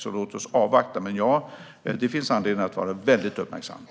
Låt oss därför avvakta, men visst finns det anledning för oss att vara mycket uppmärksamma.